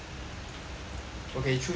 okay choose your load up